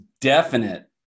definite